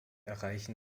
erreichen